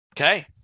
Okay